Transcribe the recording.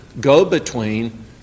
go-between